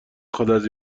خواد، از